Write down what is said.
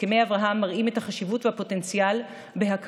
הסכמי אברהם מראים את החשיבות והפוטנציאל בהכרה